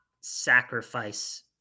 sacrifice